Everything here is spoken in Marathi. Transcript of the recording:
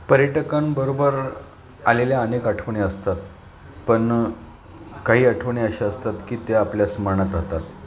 पर्यटकांबरोबर आलेल्या अनेक आठवणी असतात पण काही आठवणी अशा असतात की त्या आपल्या स्मरणात राहतात